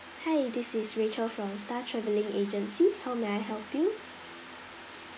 hi this is rachel from star travelling agency how may I help you